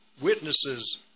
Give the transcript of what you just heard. witnesses